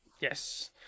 Yes